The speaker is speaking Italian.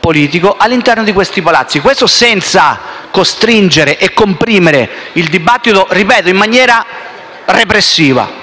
politico all'interno dei palazzi, senza costringere e comprimere il dibattito in maniera repressiva.